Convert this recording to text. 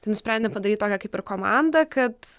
tai nusprendėm padaryti tokią kaip ir komandą kad